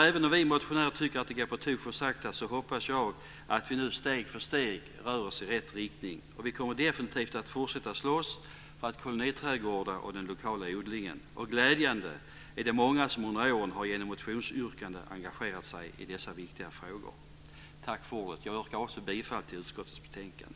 Även om vi motionärer tycker att det går på tok för sakta hoppas jag att vi nu steg för steg rör oss i rätt riktning. Och vi kommer definitivt att fortsätta slåss för koloniträdgårdarna och den lokala odlingen, och det är glädjande att det är många som under åren genom motionsyrkanden har engagerat sig i dessa viktiga frågor. Jag yrkar bifall till förslaget i utskottets betänkande.